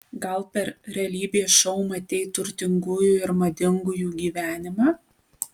gal per realybės šou matei turtingųjų ir madingųjų gyvenimą